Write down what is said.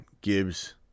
Gibbs